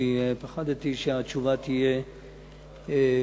אני פחדתי שהתשובה תהיה אחרת.